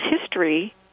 history